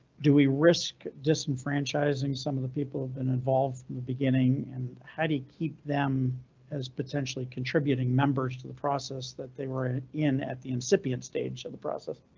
do we risk disenfranchising some of the people of and involved from the beginning? and how do you keep them as potentially contributing members to the process that they were in at the incipient stage of the process?